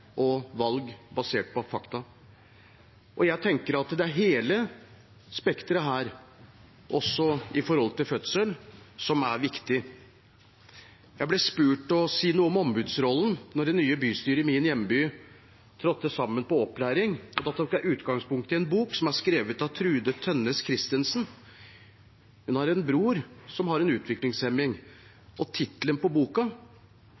og valg basert på fakta. Og jeg tenker at det er hele dette spekteret, også i forbindelse med fødsel, som er viktig. Jeg ble spurt om å si noe om ombudsrollen da det nye bystyret i min hjemby trådte sammen til opplæring. Da tok jeg utgangspunkt i en bok som er skrevet av Trude Trønnes-Christensen. Hun har en bror som har en utviklingshemming. Tittelen på boka